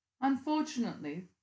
Unfortunately